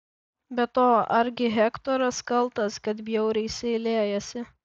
be to argi hektoras kaltas kad bjauriai seilėjasi